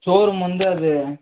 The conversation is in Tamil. ஷோ ரூம் வந்து அது